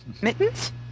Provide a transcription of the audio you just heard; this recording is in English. Mittens